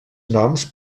noms